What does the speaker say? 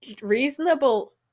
reasonable